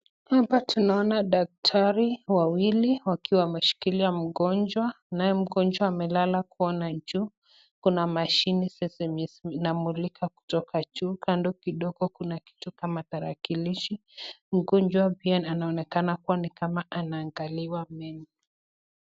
Hapa tunaona daktari wawili wakiwa wameshikilia mgonjwa. Naye mgonjwa amelala kuona juu. Kuna mashini zinamulika kutoka juu. Kando kidogo kuna kitu kama tarakilishi. Mgonjwa pia anaonekana kama anaangaliwa Meno.